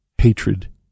Hatred